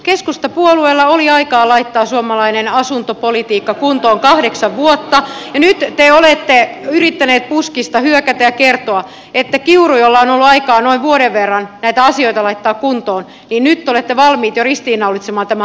keskustapuolueella oli kahdeksan vuotta aikaa laittaa suomalainen asuntopolitiikka kuntoon ja nyt te olette yrittäneet puskista hyökätä ja kertoa että kiurulla on ollut aikaa noin vuoden verran näitä asioita laittaa kuntoon ja nyt te olette valmiit jo ristiinnaulitsemaan tämän hallituksen